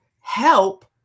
help